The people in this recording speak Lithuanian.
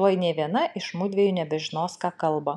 tuoj nė viena iš mudviejų nebežinos ką kalba